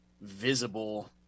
Visible